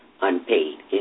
unpaid